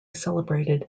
celebrated